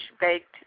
baked